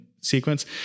sequence